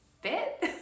fit